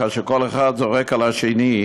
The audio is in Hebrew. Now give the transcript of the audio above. כאשר כל אחד זורק על השני,